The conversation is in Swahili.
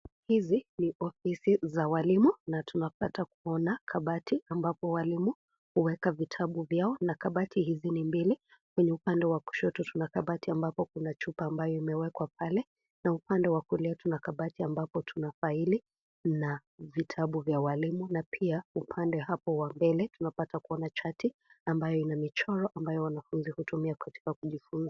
Hizi ni ofisi za walimu na tunapata kuona kabati ambapo walimu huweka vitabu vyao na kabati hizi ni mbili , kwenye upande wa kushoto tuna ambapo kuna chupa ambayo imewekwa pale na upande wa kulia tuna kabati ambapo tuna faili na vitabu vya walimu na pia upande hapo wa mbele tunapata kuona chati ambayo ina michoro ambayo wanafunzi hutumia katika kujifunza.